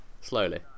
Slowly